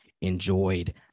enjoyed